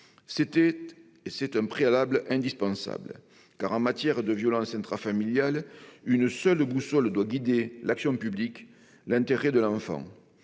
C'était un préalable indispensable, car, en matière de violences intrafamiliales, une seule boussole doit guider l'action publique : l'intérêt de l'enfant.